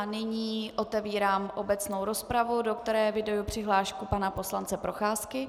Nyní otevírám obecnou rozpravu, do které eviduji přihlášku pana poslance Procházky.